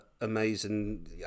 amazing